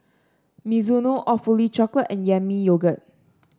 Mizuno Awfully Chocolate and Yami Yogurt